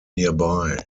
nearby